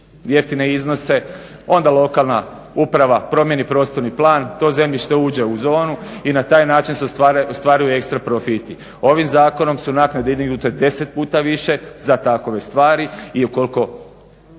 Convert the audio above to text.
jeftine iznose, onda lokalna uprava promjeni prostorni plan, to zemljište uđe u zonu i na taj način se ostvaruje ekstra profiti. Ovim zakonom su naknade dignute 10 puta više za takove stvari i ukoliko